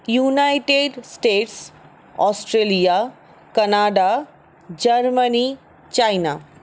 United States Australia Canada Germany China